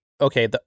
Okay